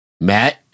Matt